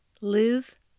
live